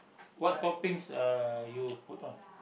what toppings uh you put on